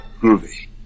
Movie